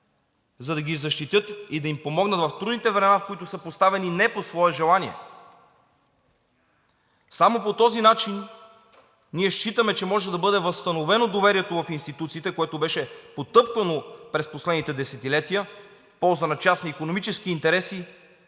за да ги защитят и да им помогнат в трудните времена, в които са поставени не по свое желание. Ние считаме, че само по този начин може да бъде възстановено доверието в институциите, което беше потъпкано през последните десетилетия в полза на частни икономически интереси,